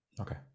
Okay